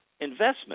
investment